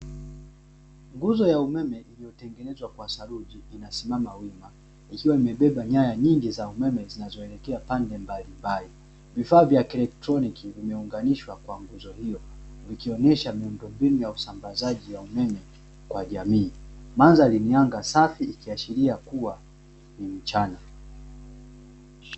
Nguzo ya umeme iliyotengenezwa kwa saruji inasimama wima, ikiwa imebeba nyaya nyingi za umeme zinazoelekea pande mbalimbali. Vifaa vya kielectroniki vimeunganishwa kwa nguzo hiyo, ikionyesha miundombinu ya usambazaji wa umeme kwa jamii. Mandhari yenye anga safi ikiashiria kuwa ni mchana.